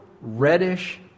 reddish